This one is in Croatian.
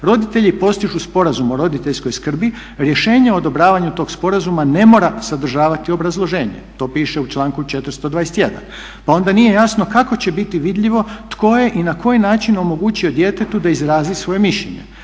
roditelji postižu sporazum o roditeljskoj skrbi rješenje o odobravanju tog sporazuma ne mora sadržavati obrazloženje. To piše u članku 421., pa onda nije jasno kako će biti vidljivo tko je i na koji način omogućio djetetu da izrazi svoje mišljenje.